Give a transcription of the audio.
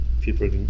people